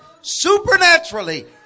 supernaturally